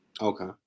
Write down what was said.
Okay